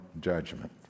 judgment